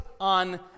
on